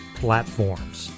platforms